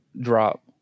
drop